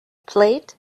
plate